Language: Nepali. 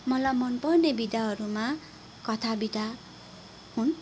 मलाई मन पर्ने विधाहरूमा कथा विधा हुन्